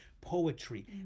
poetry